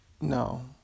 No